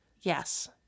Yes